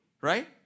Right